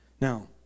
Now